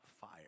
fire